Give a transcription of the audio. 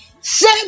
say